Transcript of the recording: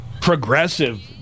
progressive